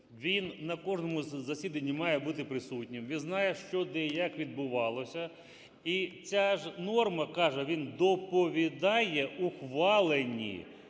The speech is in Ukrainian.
він на кожному засіданні має бути присутнім, він знає, що, де і як відбувалося, і ця ж норма каже, він доповідає ухвалені